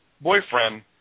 boyfriend